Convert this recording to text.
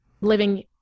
living